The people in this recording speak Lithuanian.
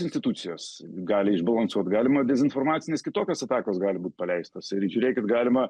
institucijos gali išbalansuot galima dezinformacinės kitokios atakos gali būt paleistos ir žiūrėkit galima